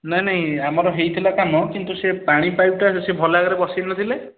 ନାହିଁ ନାହିଁ ଆମର ହେଇଥିଲା କାମ କିନ୍ତୁ ସେ ପାଣି ପାଇପ୍ଟା ସେ ଭଲ ଭାବରେ ବସାଇ ନ ଥିଲେ